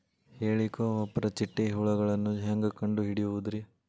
ಹೇಳಿಕೋವಪ್ರ ಚಿಟ್ಟೆ ಹುಳುಗಳನ್ನು ಹೆಂಗ್ ಕಂಡು ಹಿಡಿಯುದುರಿ?